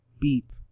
beep